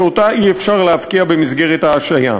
שאותה אי-אפשר להפקיע במסגרת ההשעיה.